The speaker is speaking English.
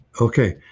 Okay